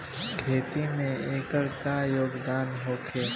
खेती में एकर का योगदान होखे?